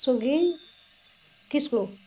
ᱥᱩᱜᱤ ᱠᱤᱥᱠᱩ